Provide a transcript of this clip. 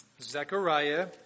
Zechariah